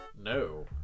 No